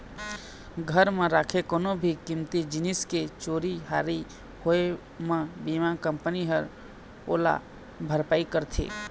घर म राखे कोनो भी कीमती जिनिस के चोरी हारी होए म बीमा कंपनी ह ओला भरपाई करथे